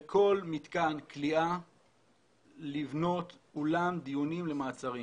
בכל מתקן כליאה לבנות אולם דיונים למעצרים.